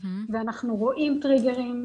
ואנחנו רואים טריגרים,